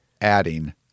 adding